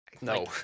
no